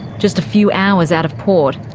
just a few hours out of port,